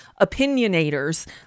opinionators